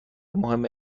مهم